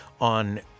on